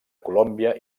colòmbia